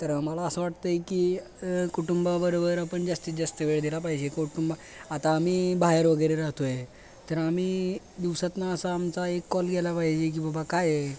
तर आम्हाला असं वाटतंय की कुटुंबाबरोबर आपण जास्तीत जास्त वेळ दिला पाहिजे कुटुंबा आता आम्ही बाहेर वगैरे राहतोय तर आम्ही दिवसातनं असा आमचा एक कॉल गेला पाहिजे की बबा काय